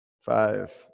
Five